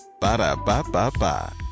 Ba-da-ba-ba-ba